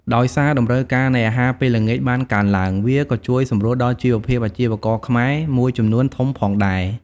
ដោយសារតម្រូវការនៃអាហារពេលល្ងាចបានកើនឡើង វាក៏ជួយសម្រួលដល់ជីវភាពអាជីវករខ្មែរមួយចំនួនធំផងដែរ។